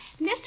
Mr